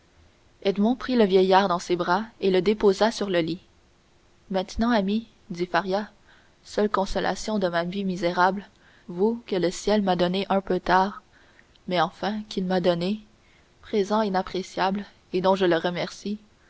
prit le vieillard dans ses bras et le déposa sur le lit maintenant ami dit faria seule consolation de ma vie misérable vous que le ciel m'a donné un peu tard mais enfin qu'il m'a donné présent inappréciable et dont je le remercie